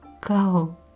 Go